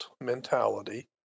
mentality